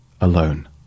alone